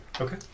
Okay